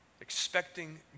expecting